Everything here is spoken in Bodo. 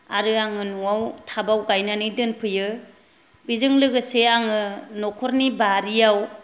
आरो आङो नआव थाबाव गायनानै दोनफैयो बेजों लोगोसे आङो नखरनि बारियाव